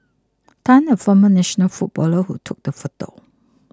Tan a former national footballer who took the photo